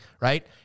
right